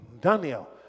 Daniel